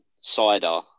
cider